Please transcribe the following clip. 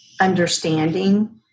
understanding